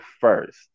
first